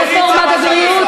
רפורמה בבריאות,